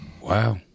wow